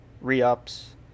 re-ups